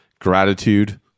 Gratitude